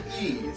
ease